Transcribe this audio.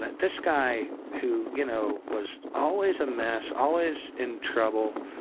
this guy who, you know, was always a mess, always in trouble,